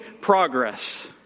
progress